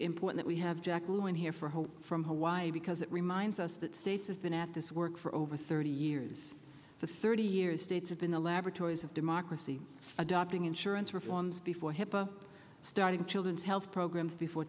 important we have jacqueline here for her from hawaii because it reminds us that state has been at this work for over thirty years the thirty years states have been the laboratories of democracy adopting insurance reforms before hipaa starting children's health programs the for